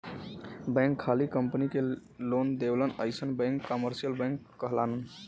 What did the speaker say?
bank खाली company के loan देवलन अइसन बैंक कमर्सियल बैंक कहलालन